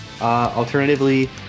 Alternatively